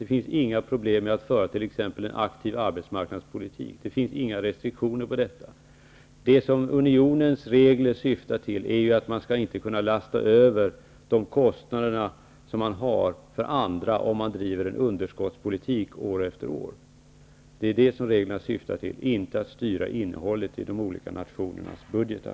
Det är inga problem att t.ex. föra en aktiv arbetsmarknadspolitik. Det finns inga restriktioner i fråga om detta. Unionens regler syftar till att något land inte skall kunna lasta över de kostnader som man har på andra om man driver en underskottspolitik år efter år. Det är detta som reglerna syftar till, inte till att styra innehållet i de olika nationernas budgetar.